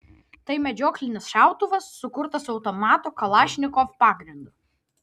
tai medžioklinis šautuvas sukurtas automato kalašnikov pagrindu